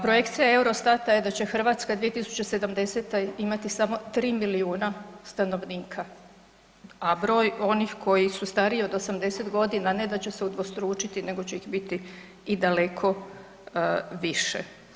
Projekcija Eurostata je da će Hrvatska 2070. imati samo 3 milijuna stanovnika, a broj onih koji su stariji od 80.g. ne da će se udvostručiti nego će ih biti i daleko više.